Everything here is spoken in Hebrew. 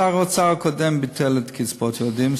שר האוצר הקודם ביטל את קצבאות הילדים,